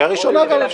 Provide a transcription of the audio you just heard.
-- קריאה ראשונה.